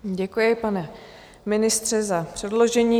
Děkuji, pane ministře, za předložení.